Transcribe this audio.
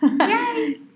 yay